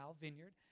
Vineyard